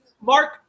Mark